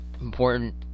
important